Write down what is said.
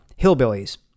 hillbillies